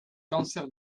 cancer